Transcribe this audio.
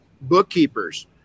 bookkeepers